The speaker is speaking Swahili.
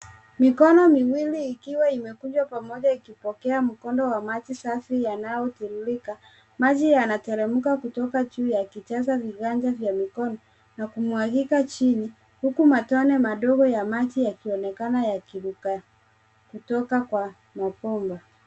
Mikono miwili ikiwa imekunjwa pamoja ikipokea mkondo wa maji safi yanayotiririka. Maji yanateremka kutoka juu yakijaza viganja vya mikono na kumwagika chini huku matone madogo ya maji yakionekana yakiruka kutoka kwa mabomba.